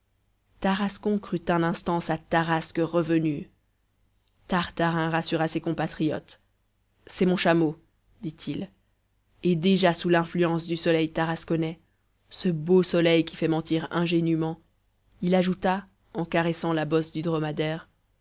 tarascon crut un instant sa tarasque revenue tartarin rassura ses compatriotes c'est mon chameau dit-il et déjà sous l'influence du soleil tarasconnais ce beau soleil qui fait mentir ingénument il ajouta en caressant la bosse du dromadaire